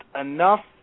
enough